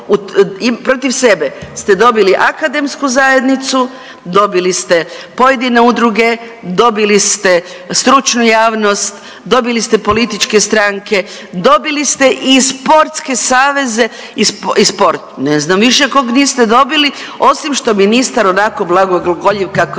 protiv sebe ste dobili akademsku zajednicu, dobili ste pojedine udruge, dobili ste stručnu javnost, dobili ste političke stranke, dobili ste i sportske saveze i sport. Ne znam više kog niste dobili osim što ministar onako blago glagoljiv kako je